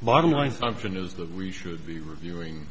bottom line function is that we should be reviewing